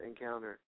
encounter